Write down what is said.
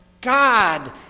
God